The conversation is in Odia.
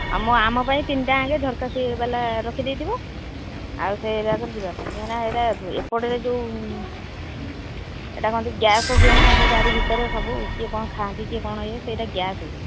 ଆମ ଆମ ପାଇଁ ତିନିଟା ଆଗେ ଦରକାର ସେ ବାଲା ରଖିଦେଇଥିବ ଆଉ ସେଇଟା କରେ ଯିବା ପାଇଁ କାଇଁନା ଏଇଟା ଏପଟରେ ଯେଉଁ ଏଇଟା କହନ୍ତି ଗ୍ୟାସ୍ ହୁଏ ନା ସେ ଗାଡ଼ି ଭିତରେ ସବୁ କିଏ କ'ଣ ଖାଆନ୍ତି କିଏ କ'ଣ ଇଏ ସେଇଟା ଗ୍ୟାସ୍ ହୁଏ